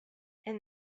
and